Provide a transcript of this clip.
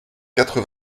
quatre